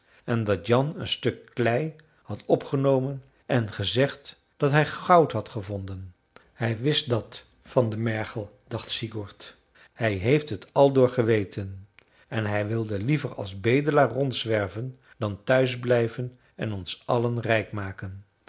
en dat jan een stuk klei had opgenomen en gezegd dat hij goud had gevonden hij wist dat van den mergel dacht sigurd hij heeft het aldoor geweten en hij wilde liever als bedelaar rondzwerven dan thuis blijven en ons allen rijk maken